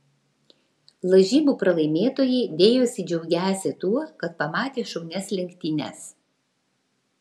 lažybų pralaimėtojai dėjosi džiaugiąsi tuo kad pamatė šaunias lenktynes